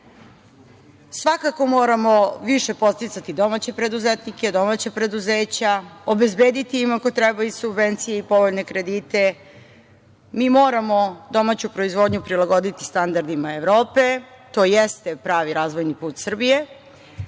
moramo više podsticati domaće preduzetnike, domaća preduzeća, obezbediti im ako treba i subvencije i povoljne kredite. Mi moramo domaću proizvodnju prilagoditi standardima Evrope, to jeste pravi razvojni put Srbije.